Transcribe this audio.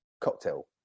cocktail